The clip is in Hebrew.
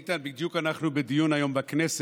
איתן, בדיוק אנחנו בדיון היום בכנסת